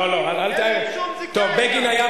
והעיקרון השני,